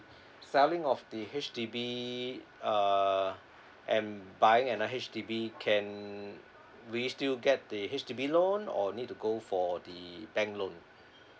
selling of the H_D_B uh and buying another H_D_B can we still get the H_D_B loan or need to go for the bank loan